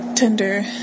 Tinder